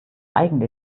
eigene